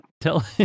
Tell